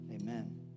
Amen